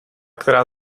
která